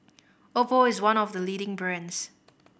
Oppo is one of the leading brands